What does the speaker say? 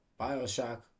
Bioshock